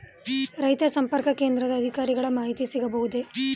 ರೈತ ಸಂಪರ್ಕ ಕೇಂದ್ರದ ಅಧಿಕಾರಿಗಳ ಮಾಹಿತಿ ಸಿಗಬಹುದೇ?